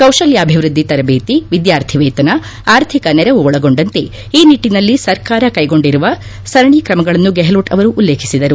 ಕೌಶಲ್ಕಾಭಿವೃದ್ಧಿ ತರಬೇತಿ ವಿದ್ಯಾರ್ಥಿ ವೇತನ ಆರ್ಥಿಕ ನೆರವು ಒಳಗೊಂಡಂತೆ ಈ ನಿಟ್ಟಿನಲ್ಲಿ ಸರ್ಕಾರ ಕೈಗೊಂಡಿರುವ ಸರಣಿ ಕ್ರಮಗಳನ್ನು ಗೆಹ್ಲೋಟ್ ಅವರು ತಿಳಿಸಿದರು